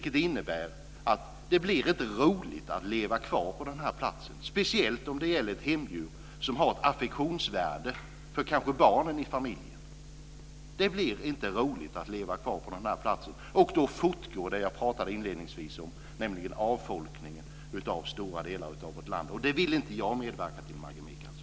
Det innebär att det inte blir roligt att leva kvar på platsen, speciellt inte om det gäller ett hemdjur som kanske har ett affektionsvärde för barnen i familjen. Då fortgår det som jag inledningsvis talade om, nämligen avfolkningen av stora delar av vårt land. Och det vill inte jag medverka till, Maggi Mikaelsson.